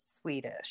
Swedish